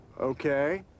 Okay